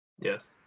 Yes